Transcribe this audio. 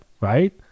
right